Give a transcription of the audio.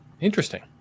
Interesting